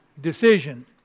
decision